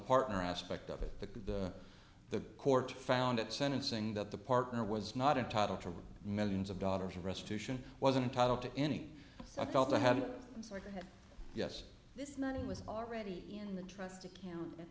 partner aspect of it the the court found at sentencing that the partner was not entitled to raise millions of dollars in restitution wasn't title to any so i felt i had a second yes this money was already in the trust account at